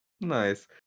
Nice